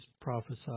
prophesied